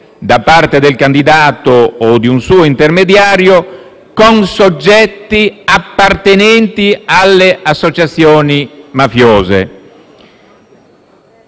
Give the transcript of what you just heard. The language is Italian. da parte del candidato o di un suo intermediario, con soggetti appartenenti alle associazioni mafiose;